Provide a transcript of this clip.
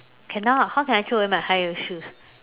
cannot how can I throw away my high heel shoes